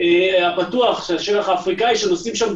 תודה רבה.